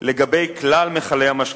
לגבי כלל מכלי המשקה,